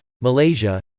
Malaysia